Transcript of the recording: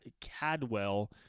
Cadwell